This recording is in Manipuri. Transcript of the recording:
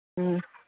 ꯎꯝ